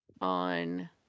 on